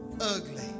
ugly